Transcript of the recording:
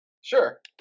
Sure